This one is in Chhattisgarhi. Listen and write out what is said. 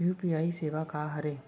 यू.पी.आई सेवा का हरे?